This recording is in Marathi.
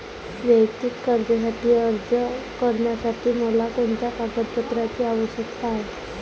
वैयक्तिक कर्जासाठी अर्ज करण्यासाठी मला कोणत्या कागदपत्रांची आवश्यकता आहे?